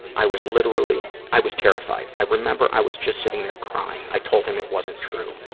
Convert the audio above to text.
i was literally, i was terrified. i remember i was just sitting there crying. i told him it wasn't true.